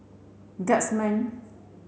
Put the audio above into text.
guardsman